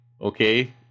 Okay